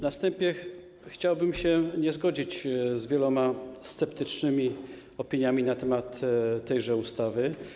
Na wstępie chciałbym się nie zgodzić z wieloma sceptycznymi opiniami na temat tejże ustawy.